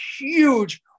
huge